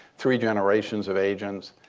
three generations of agents.